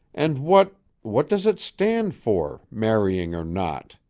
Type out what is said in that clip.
and what what does it stand for, marrying or not?